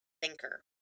thinker